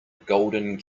golden